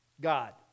God